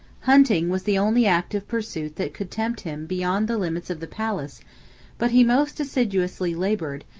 hunting was the only active pursuit that could tempt him beyond the limits of the palace but he most assiduously labored,